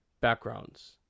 backgrounds